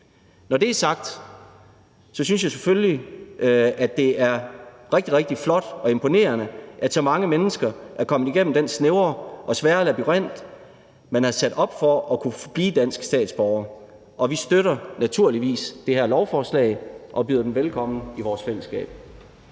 Når det er sagt, synes jeg selvfølgelig, at det er rigtig, rigtig flot og imponerende, at så mange mennesker er kommet igennem den snævre og svære labyrint, man har sat op for at kunne blive dansk statsborger, og vi støtter naturligvis det her lovforslag og byder dem velkommen i vores fællesskab.